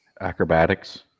Acrobatics